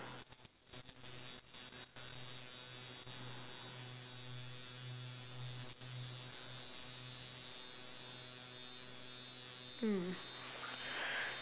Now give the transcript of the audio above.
mm